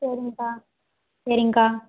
சரிங்க்கா சரிங்க்கா